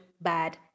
bad